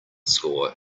score